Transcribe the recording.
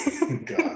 God